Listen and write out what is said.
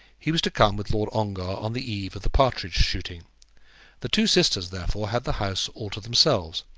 he was to come with lord ongar on the eve of the partridge-shooting. the two sisters, therefore, had the house all to themselves.